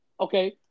Okay